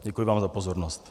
Děkuji vám za pozornost.